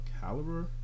caliber